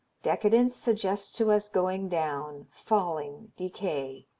decadence suggests to us going down, falling, decay.